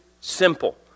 simple